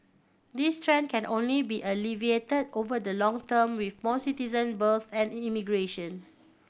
this trend can only be alleviated over the longer term with more citizen births and immigration